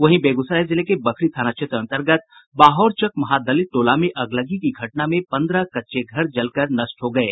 वहीं बेगूसराय जिले के बखरी थाना क्षेत्र अंतर्गत बाहोरचक महादलित टोला में अगलगी की घटना में पंद्रह कच्चे घर जलकर नष्ट हो गये